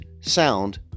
sound